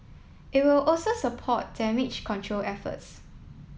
it will also support damage control efforts